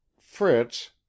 fritz